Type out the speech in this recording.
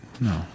no